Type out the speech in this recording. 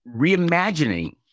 reimagining